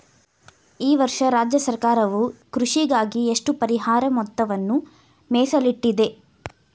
ಈ ವರ್ಷ ರಾಜ್ಯ ಸರ್ಕಾರವು ಕೃಷಿಗಾಗಿ ಎಷ್ಟು ಪರಿಹಾರ ಮೊತ್ತವನ್ನು ಮೇಸಲಿಟ್ಟಿದೆ?